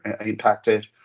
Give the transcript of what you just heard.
impacted